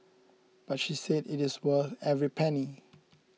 but she said it is worth every penny